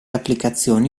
applicazioni